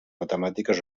matemàtiques